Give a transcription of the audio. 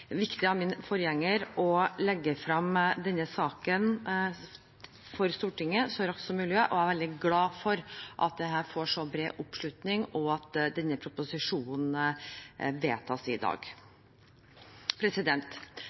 viktig av min forgjenger å legge frem denne saken for Stortinget så raskt som mulig, og jeg er veldig glad for at dette får så bred oppslutning, og at innstillingen til denne proposisjonen vedtas i dag.